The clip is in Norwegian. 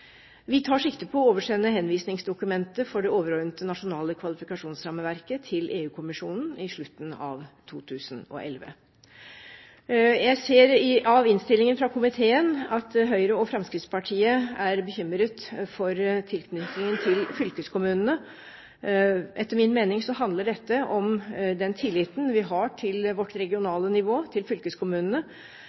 Vi tar sikte på å oversende henvisningsdokumentet for det overordnede nasjonale kvalifikasjonsrammeverket til EU-kommisjonen i slutten av 2011. Jeg ser av innstillingen fra komiteen at Høyre og Fremskrittspartiet er bekymret for tilknytningen til fylkeskommunene. Etter min mening handler dette om den tilliten vi har til vårt regionale nivå, til fylkeskommunene.